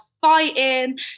fighting